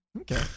Okay